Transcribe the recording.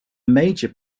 major